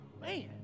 man